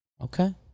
Okay